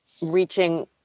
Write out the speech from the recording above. reaching